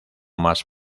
más